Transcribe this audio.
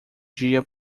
dia